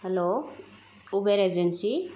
hello Uber agency